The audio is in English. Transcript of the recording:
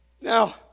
Now